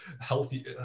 Healthy